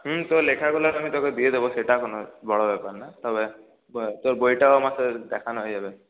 হুম তোর লেখাগুলো আমি তোকে দিয়ে দেবো সেটা কোনো বড়ো ব্যাপার নয় তবে তোর বইটাও আমাকে দেখানো হয়ে যাবে